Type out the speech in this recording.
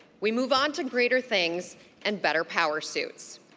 we move on to greater things and better power suits.